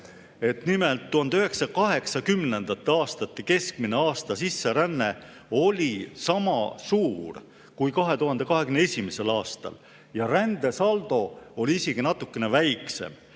nimelt 1980. aastate keskmine aasta sisseränne oli sama suur kui 2021. aastal. Ja rändesaldo oli isegi natukene väiksem.